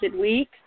week